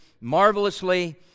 marvelously